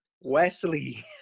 Wesley